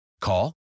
Call